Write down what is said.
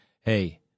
hey